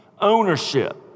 ownership